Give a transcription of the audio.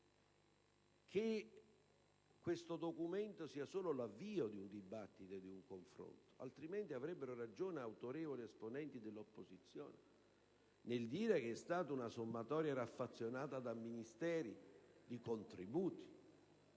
che questo documento sia solo l'avvio di un dibattito e di confronto, altrimenti avrebbero ragione autorevoli esponenti dell'opposizione nel dire che si è trattato di una sommatoria raffazzonata dai Ministeri, di contributi,